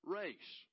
race